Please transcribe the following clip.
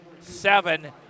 seven